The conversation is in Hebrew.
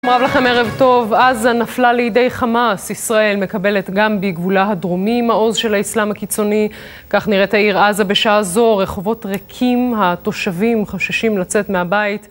שלום רב לכם ערב טוב, עזה נפלה לידי חמאס, ישראל מקבלת גם בגבולה הדרומי, מעוז של האיסלאם הקיצוני, כך נראית העיר עזה בשעה זו: רחובות ריקים, התושבים חוששים לצאת מהבית